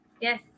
Yes